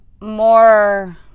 more